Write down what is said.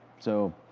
so